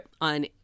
on